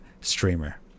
streamer